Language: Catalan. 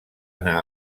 anar